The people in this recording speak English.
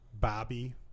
bobby